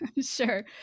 Sure